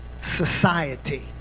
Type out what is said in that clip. society